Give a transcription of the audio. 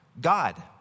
God